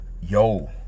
Yo